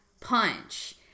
punch